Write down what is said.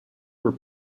were